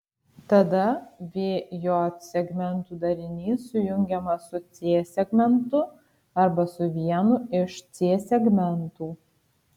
tada v j segmentų darinys sujungiamas su c segmentu arba su vienu iš c segmentų